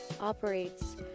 operates